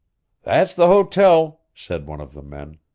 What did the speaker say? that's the hotel, said one of the men.